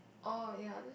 orh ya